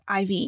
IV